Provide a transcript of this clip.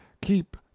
keep